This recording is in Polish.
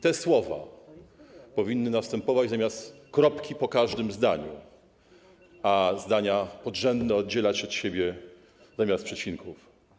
Te słowa powinny następować zamiast kropki po każdym zdaniu, a zdania podrzędne oddzielać od siebie zamiast przecinków.